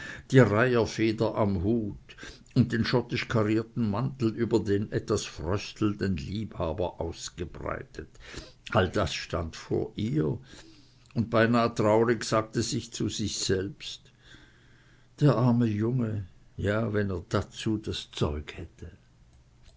die reiherfeder am hut und den schottisch karierten mantel über den etwas fröstelnden liebhaber ausgebreitet all das stand vor ihr und beinah traurig sagte sie zu sich selbst der arme junge ja wenn er dazu das zeug hätte